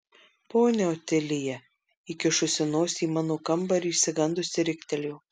ponia otilija įkišusi nosį į mano kambarį išsigandusi riktelėjo